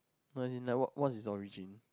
no is in like work work is origin